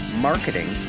marketing